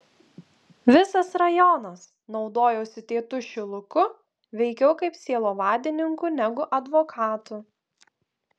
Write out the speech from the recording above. visas rajonas naudojosi tėtušiu luku veikiau kaip sielovadininku negu advokatu